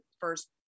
first